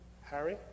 Harry